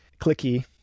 clicky